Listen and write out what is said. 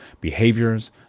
behaviors